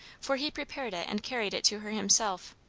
for he prepared it and carried it to her himself.